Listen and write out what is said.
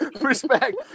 Respect